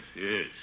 yes